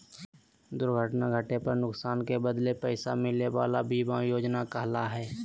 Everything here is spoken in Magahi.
दुर्घटना घटे पर नुकसान के बदले पैसा मिले वला बीमा योजना कहला हइ